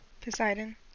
Poseidon